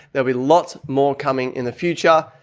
there'll be lots more coming in the future.